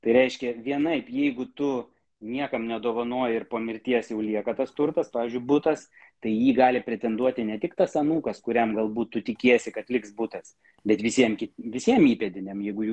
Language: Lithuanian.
tai reiškia vienaip jeigu tu niekam nedovanoja ir po mirties jau lieka tas turtas pavyzdžiui butas tai jį gali pretenduoti ne tik tas anūkas kuriam galbūt tu tikiesi kad liks butas bet visiems visiems įpėdiniams jeigu jų